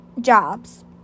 jobs